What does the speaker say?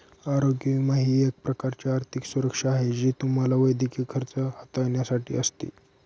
आरोग्य विमा ही एक प्रकारची आर्थिक सुरक्षा आहे जी तुम्हाला वैद्यकीय खर्च हाताळण्यासाठी असते